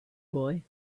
boy